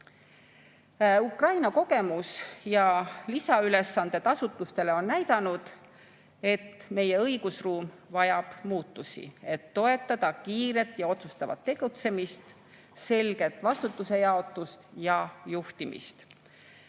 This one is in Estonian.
SKT‑st.Ukraina kogemus ja lisaülesanded asutustele on näidanud, et meie õigusruum vajab muutusi, et toetada kiiret ja otsustavat tegutsemist, selget vastutuse jaotust ja juhtimist.